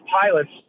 pilots